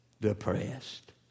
depressed